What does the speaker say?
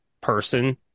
person